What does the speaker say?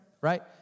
right